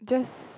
just